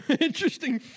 Interesting